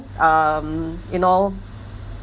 um you know